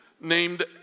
named